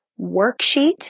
worksheet